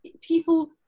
people